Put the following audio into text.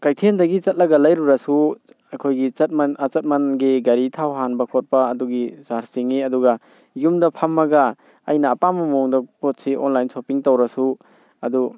ꯀꯩꯊꯦꯜꯗꯒꯤ ꯆꯠꯂꯒ ꯂꯩꯔꯨꯔꯁꯨ ꯑꯩꯈꯣꯏꯒꯤ ꯑꯆꯠꯃꯟꯒꯤ ꯒꯥꯔꯤ ꯊꯥꯎ ꯍꯥꯟꯕ ꯈꯣꯠꯄ ꯑꯗꯨꯒꯤ ꯆꯥꯔꯖ ꯇꯤꯡꯉꯤ ꯑꯗꯨꯒ ꯌꯨꯝꯗ ꯐꯝꯃꯒ ꯑꯩꯅ ꯑꯄꯥꯝꯕ ꯃꯑꯣꯡꯗ ꯄꯣꯠꯁꯤ ꯑꯣꯟꯂꯥꯏꯟ ꯁꯣꯞꯄꯤꯡ ꯇꯧꯔꯁꯨ ꯑꯗꯨ